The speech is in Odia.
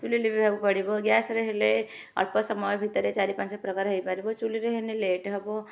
ଚୁଲି ଲିଭେଇବାକୁ ପଡ଼ିବ ଗ୍ୟାସରେ ହେଲେ ଅଳ୍ପ ସମୟ ଭିତରେ ଚାରି ପାଞ୍ଚ ପ୍ରକାର ହେଇପାରିବ ଚୁଲିରେ ହେନେ ଲେଟ ହେବ